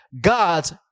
God's